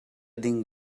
ding